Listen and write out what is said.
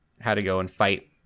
how-to-go-and-fight